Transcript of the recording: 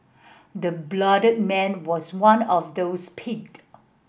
the bloodied man was one of those picked